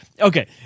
okay